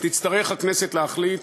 תצטרך הכנסת להחליט